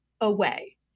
away